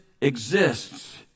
exists